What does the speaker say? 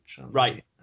right